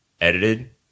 edited